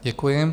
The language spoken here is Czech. Děkuji.